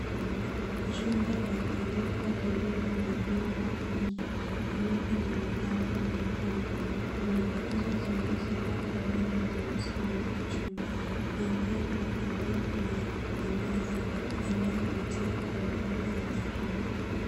Jumba la ghorofa lililo na vyumba vingi vilivyo na milango mekundu. Kuna nguzo zilizopakwa rangi nyeusi ni za chuma. Maandhari ni tulivu na ya kupendeza yanayovutia kwa maua ya waridi.